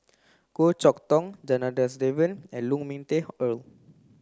Goh Chok Tong Janadas Devan and Lu Ming Teh Earl